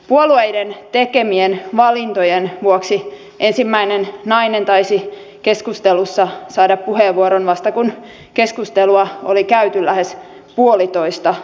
puolueiden tekemien valintojen vuoksi ensimmäinen nainen taisi keskustelussa saada puheenvuoron vasta kun keskustelua oli käyty lähes puolitoista tuntia